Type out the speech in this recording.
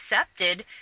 accepted